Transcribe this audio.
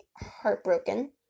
heartbroken